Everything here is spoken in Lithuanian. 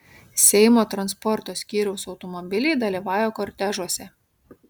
seimo transporto skyriaus automobiliai dalyvauja kortežuose